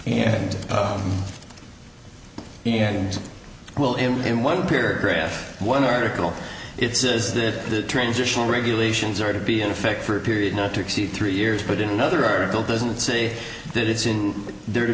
and he and well in in one paragraph one article it says that the transitional regulations are to be in effect for a period not to exceed three years but in another article doesn't say that it's there to